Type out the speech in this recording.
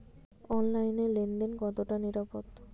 অনলাইনে লেন দেন কতটা নিরাপদ?